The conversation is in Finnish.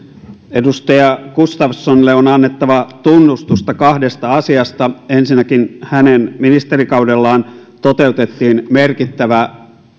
edustaja gustafssonille on annettava tunnustusta kahdesta asiasta ensinnäkin hänen ministerikaudellaan toteutettiin merkittävä